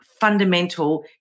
fundamental